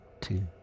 two